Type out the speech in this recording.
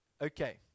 okay